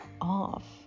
off